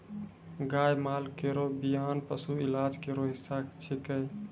गाय माल केरो बियान पशु इलाज केरो हिस्सा छिकै